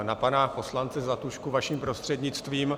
Na pana poslance Zlatušku vaším prostřednictvím.